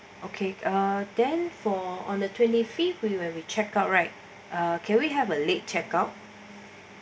okay uh then for on the twenty fifth with you when we check out right can we have a late check out